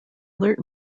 alert